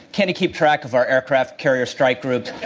can he keep track of our aircraft carrier strike group?